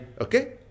okay